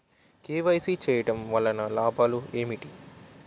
KYC చేయటం వలన లాభాలు ఏమిటి?